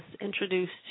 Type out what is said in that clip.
introduced